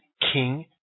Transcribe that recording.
king